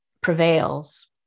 prevails